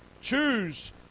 choose